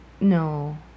No